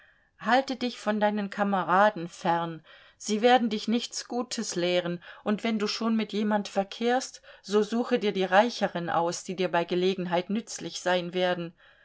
halte dich von deinen kameraden fern sie werden dich nichts gutes lehren und wenn du schon mit jemand verkehrst so suche dir die reicheren aus die dir bei gelegenheit nützlich sein werden